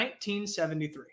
1973